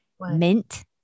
Mint